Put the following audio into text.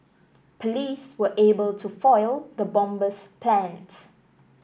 police were able to foil the bomber's plans